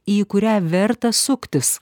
į kurią verta suktis